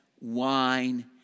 wine